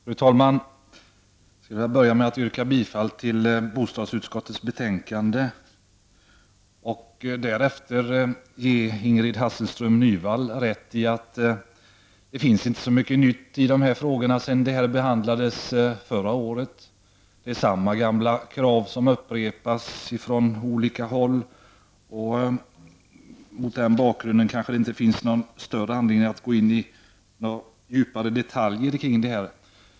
Fru talman! Jag skulle vilja börja med att yrka bifall till utskottets hemställan i bostadsutskottets betänkande och därefter ge Ingrid Hasselström Nyvall rätt i att det inte har tillkommit så mycket nytt i detta ärende sedan det behandlades förra året. Det är samma gamla krav som upprepas från olika håll, och mot den bakgrunden kanske det inte finns någon större anledning att gå djupare in på detaljer kring detta.